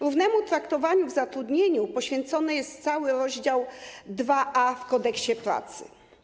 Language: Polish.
Równemu traktowaniu w zatrudnieniu poświęcony jest cały rozdział IIa w Kodeksie pracy.